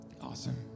Awesome